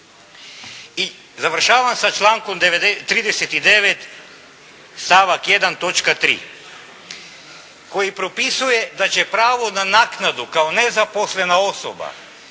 I završavam sa člankom 39. stavak 1. točka 3. koji propisuje da će pravo na naknadu kao nezaposlena osoba